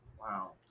Wow